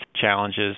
challenges